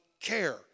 care